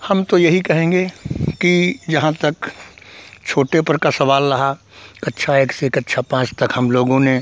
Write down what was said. हम तो यही कहेंगे कि जहाँ तक छोटे पर का सवाल रहा कक्षा एक से कक्षा पाँच तक हम लोगों ने